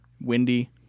Windy